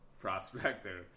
Prospector